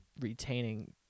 retaining